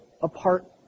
apart